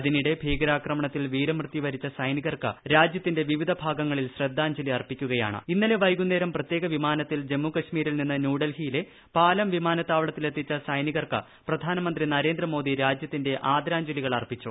അതിനിടെ ഭീകരാക്രമണത്തിൽ വീരമൃത്യു വരിച്ച സൈനികർക്ക് രാജ്യത്തിന്റെ വിവിധ ഭാഗങ്ങളിൽ ശ്രദ്ധാഞ്ജലിയർപ്പിക്കുകയാണ് ഇന്നലെ വൈകുന്നേരം പ്രത്യേക വിമാനത്തിൽ ജമ്മുകശ്മീരിൽ നിന്ന് ന്യൂഡൽഹിയിലെ പാലം വിമാനത്താവളത്തിൽ എത്തിച്ച സൈനികർക്ക് പ്രധാനമന്ത്രി നരേന്ദ്ര മോദി രാജ്യത്തിന്റെ ആദരാഞ്ജലികൾ അർപ്പിച്ചു